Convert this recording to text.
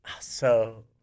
So-